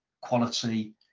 quality